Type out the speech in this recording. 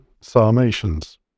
Sarmatians